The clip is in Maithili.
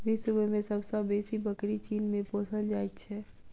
विश्व मे सब सॅ बेसी बकरी चीन मे पोसल जाइत छै